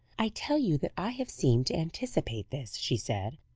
i tell you that i have seemed to anticipate this, she said,